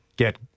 get